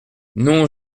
non